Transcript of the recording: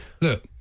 look